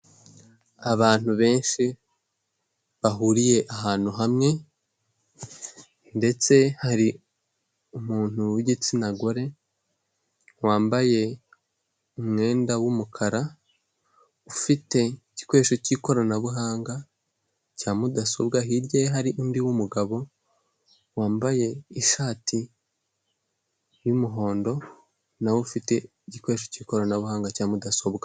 Abantu benshi bahuriye ahantu hamwe ndetse hari umuntu w'igitsina gore wambaye umwenda w'umukara, ufite igikoresho cy'ikoranabuhanga cya mudasobwa, hirya ye hari undi w'umugabo wambaye ishati y'umuhondo na we ufite igikoresho cy'ikoranabuhanga cya mudasobwa.